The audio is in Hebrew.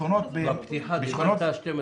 בשכונות --- בפתיחה דיברת 12 דקות.